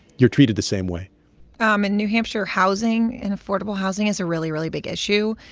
you're treated the same way um in new hampshire, housing and affordable housing is a really, really big issue.